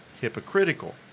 hypocritical